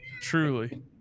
Truly